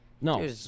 No